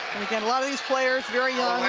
again, a lot of these players, very young